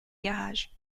garage